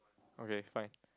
okay fine